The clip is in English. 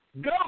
Go